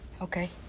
Okay